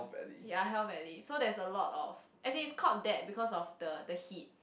ya hell valley so there is a lot of as if it's called hell because of the the heat